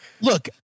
Look